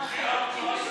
נתקבלו.